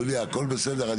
יוליה, הכול בסדר.